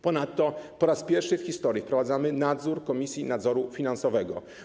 Ponadto po raz pierwszy w historii wprowadzamy nadzór Komisji Nadzoru Finansowego.